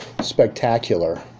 spectacular